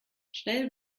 schnell